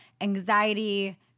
anxiety